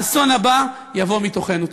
האסון הבא יבוא מתוכנו.